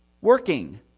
working